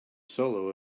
solo